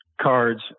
cards